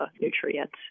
nutrients